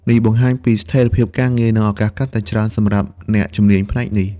នេះបង្ហាញពីស្ថិរភាពការងារ និងឱកាសកាន់តែច្រើនសម្រាប់អ្នកជំនាញផ្នែកនេះ។